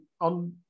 on